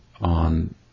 on